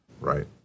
right